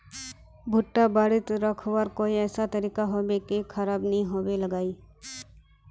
भुट्टा बारित रखवार कोई ऐसा तरीका होबे की खराब नि होबे लगाई?